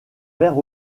vert